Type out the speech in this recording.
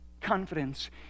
confidence